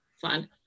fun